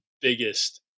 biggest